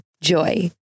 JOY